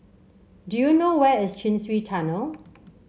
do you know where is Chin Swee Tunnel